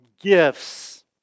Gifts